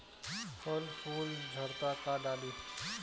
फल फूल झड़ता का डाली?